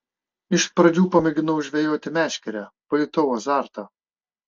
iš pradžių pamėginau žvejoti meškere pajutau azartą